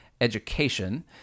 Education